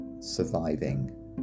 surviving